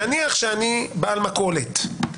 נניח שאני בעל מכולת, אוקיי?